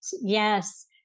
Yes